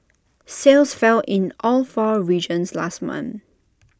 sales fell in all four regions last month